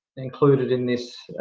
included in this